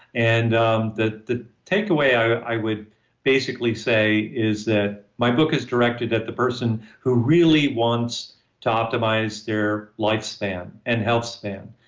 and um the the takeaway i would basically say is that my book is directed at the person who really wants to optimize their lifespan and health span.